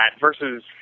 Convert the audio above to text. versus